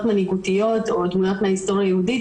מנהיגותיות או תמונות מההיסטוריה היהודית.